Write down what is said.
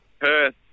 Perth